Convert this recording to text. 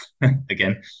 again